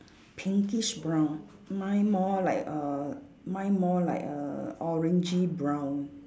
pinkish brown mine more like err mine more like a orangey brown